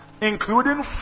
Including